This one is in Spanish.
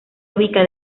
ubica